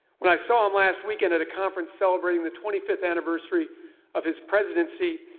when i saw him last weekend at a conference celebrating the twenty fifth anniversary of his presidency,